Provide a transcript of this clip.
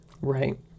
Right